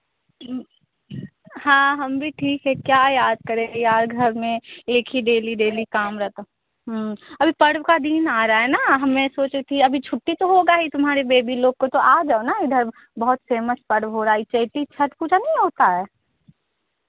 हाँ हम भी ठीक है क्या याद करेंगे यार घर में एक ही डेली डेली काम रहता अभी पर्व का दिन आ रहा है ना हाँ मैं सोचा थी अभी छुट्टी तो होगा ही तुम्हारे बेबी लोग को तो आ जाओ ना इधर बहुत फेमस पर्व हो रहा है यह चेयती छठ पूजा नहीं होता है